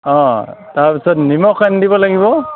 অ তাৰপিছত নিমখ আনি দিব লাগিব